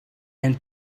and